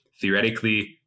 theoretically